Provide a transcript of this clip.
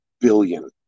billion